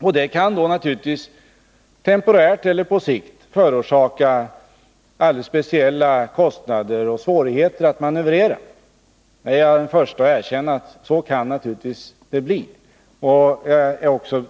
Och det kan temporärt eller på sikt förorsaka alldeles speciella kostnader och svårigheter — det är jag den förste att erkänna. Jag är också